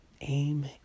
Aim